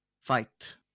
fight